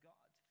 God